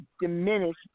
diminished